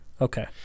Okay